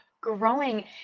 growing